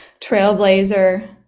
trailblazer